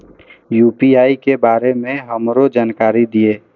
UPI के बारे में हमरो जानकारी दीय?